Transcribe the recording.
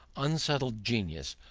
unsettled genius,